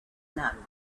none